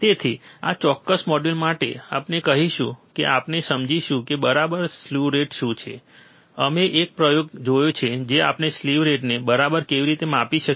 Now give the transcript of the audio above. તેથી આ ચોક્કસ મોડ્યુલ માટે આપણે કરીશું કે આપણે સમજીશું કે બરાબર સ્લ્યુ રેટ શું છે અમે એક પ્રયોગ જોયો છે કે આપણે સ્લીવ રેટને બરાબર કેવી રીતે માપી શકીએ